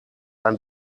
ein